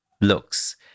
looks